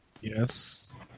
Yes